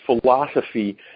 philosophy